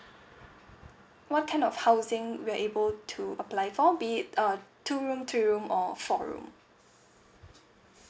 what kind of housing we're able to apply for be it uh two room three room or four room